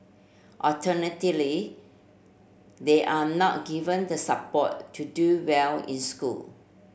alternatively they are not given the support to do well in school